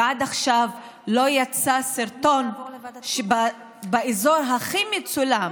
ועד עכשיו לא יצא סרטון של האזור הכי מצולם,